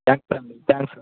thanks అండి thanks